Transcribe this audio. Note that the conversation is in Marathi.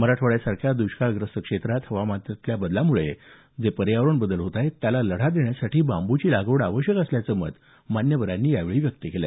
मराठवाड्यासारख्या द्ष्काळग्रस्त क्षेत्रात हवामानातल्या बदलामुळे जे पर्यावरणात बदल होत आहेत त्याला लढा देण्यासाठी बांबूची लागवड आवश्यक असल्याचं मत मान्यवरांनी यावेळी व्यक्त केलं